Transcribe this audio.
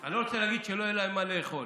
אני לא רוצה להגיד שלא יהיה להם מה לאכול,